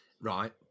Right